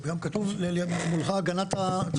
אז